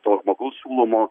to žmogaus siūlomo